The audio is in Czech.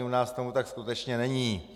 U nás tomu tak skutečně není.